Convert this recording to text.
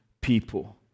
people